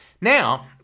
Now